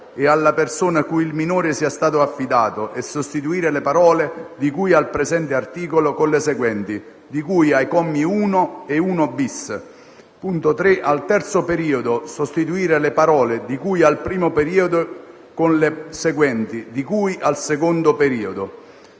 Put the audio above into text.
«e alla persona cui il minore sia stato affidato» e sostituire le parole: «di cui al presente articolo» con le seguenti: «di cui ai commi 1 e 1-*bis*»; 3) al terzo periodo, sostituire le parole: «di cui al primo periodo» con le seguenti: «di cui al secondo periodo»;